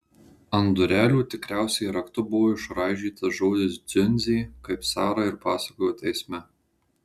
ant durelių tikriausiai raktu buvo išraižytas žodis dziundzė kaip sara ir pasakojo teisme